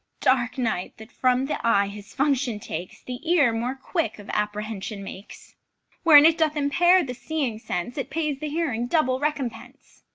dark night, that from the eye his function takes, the ear more quick of apprehension makes wherein it doth impair the seeing sense, it pays the hearing double recompense.